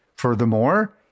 Furthermore